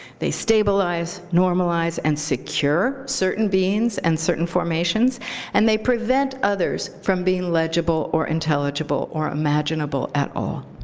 they stabilize, normalize, and secure certain beings and certain formations and they prevent others from being legible or intelligible or imaginable at all.